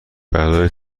برای